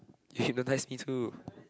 you should realise it too